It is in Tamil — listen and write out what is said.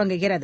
தொடங்குகிறது